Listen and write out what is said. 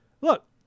Look